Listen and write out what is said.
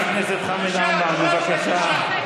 חבר הכנסת חמד עמאר, בבקשה.